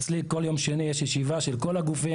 אצלי בכל יום שני יש ישיבה של כל הגופים,